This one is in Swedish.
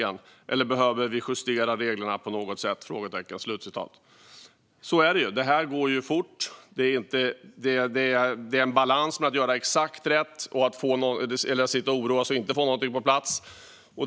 Eller behöver vi justera reglerna på något sätt?" Så är det ju. Det här går fort. Det är en balansgång mellan att göra exakt rätt och att sitta och oroa sig och inte få någonting på plats.